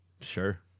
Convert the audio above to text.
Sure